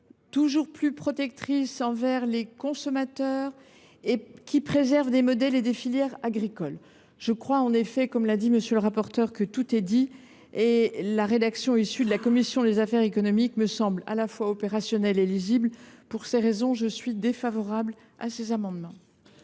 toujours plus protectrices envers les consommateurs et préservant des modèles et des filières agricoles. Je crois, comme M. le rapporteur, que tout est dit. La rédaction issue de la commission des affaires économiques me semble à la fois opérationnelle et lisible. Pour ces raisons, le Gouvernement émet un avis défavorable sur ces amendements.